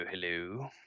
hello